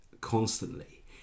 constantly